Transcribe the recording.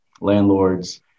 landlords